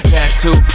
Tattoo